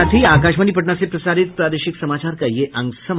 इसके साथ ही आकाशवाणी पटना से प्रसारित प्रादेशिक समाचार का ये अंक समाप्त हुआ